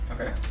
Okay